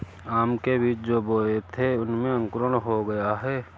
आम के जो बीज बोए थे उनमें अंकुरण हो गया है